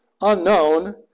unknown